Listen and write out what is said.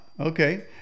Okay